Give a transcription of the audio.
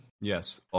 Yes